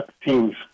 teams